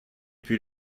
puis